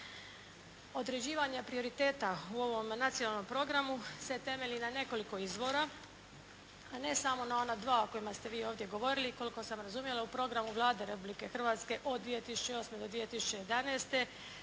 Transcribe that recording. Određivanje prioriteta u ovom nacionalnom programu se temelji na nekoliko izvora, a ne samo na ona dva o kojima ste vi ovdje govorili. I koliko sam razumjela u programu Vlade Republike Hrvatske od 2008. do 2011.